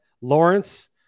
Lawrence